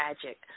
tragic